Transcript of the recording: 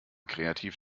kreativ